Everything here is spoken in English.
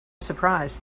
surprised